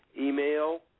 Email